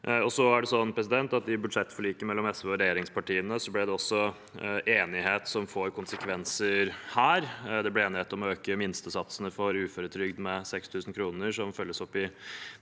I budsjettforliket mellom SV og regjeringspartiene ble det også enighet som får konsekvenser her. Det ble enighet om å øke minstesatsene for uføretrygd med 6 000 kr, som følges opp i denne